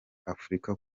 afurika